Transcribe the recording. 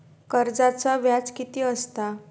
कर्जाचा व्याज कीती असता?